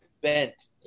bent